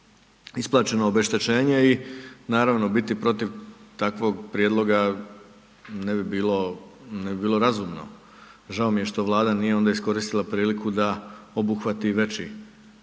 isplaćeno obeštećenje i naravno biti protiv takvog prijedloga ne bi bilo, ne bi bilo razumno, žao mi je što Vlada nije onda iskoristila priliku da obuhvati veći, veći